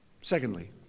Secondly